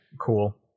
cool